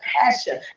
passion